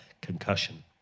concussion